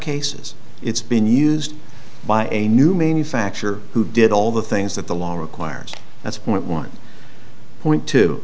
cases it's been used by a new manufacture who did all the things that the law requires that's point one point t